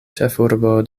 ĉefurbo